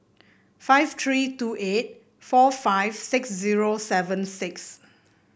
five three two eight four five six zero seven six